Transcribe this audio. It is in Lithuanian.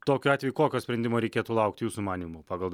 tokiu atveju kokio sprendimo reikėtų laukti jūsų manymu pagal